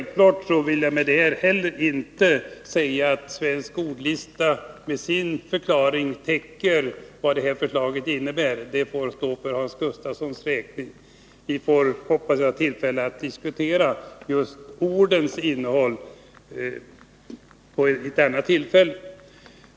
Men självfallet vill jag med detta inte säga att jag delar uppfattningen att ordlistans definition av uttrycket skulle täcka vad förslaget innebär — det får stå för Hans Gustafssons räkning. Jag hoppas att vi får möjlighet att diskutera de här ordens betydelse vid ett annat tillfälle.